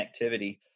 connectivity